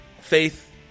faith